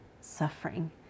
suffering